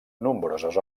nombroses